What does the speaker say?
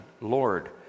Lord